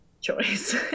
choice